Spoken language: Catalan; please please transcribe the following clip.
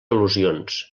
al·lusions